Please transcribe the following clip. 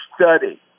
study